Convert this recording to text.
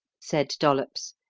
said dollops,